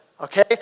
Okay